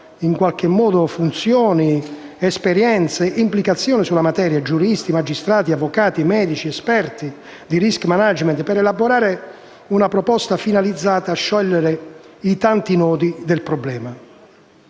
in qualche modo funzioni, esperienze o implicazioni sulla materia (giuristi, magistrati, avvocati, medici, esperti di *risk management*), per elaborare una proposta finalizzata a sciogliere i tanti nodi del problema.